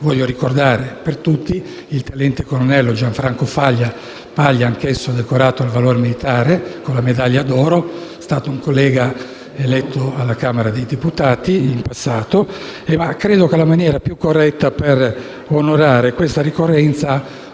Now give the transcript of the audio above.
voglio ricordare per tutti il tenente colonnello Gianfranco Paglia, anch'esso decorato al valor militare con la medaglia d'oro, che è stato un collega eletto alla Camera dei deputati in passato. Credo però che la maniera più corretta per onorare questa ricorrenza